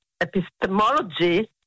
epistemology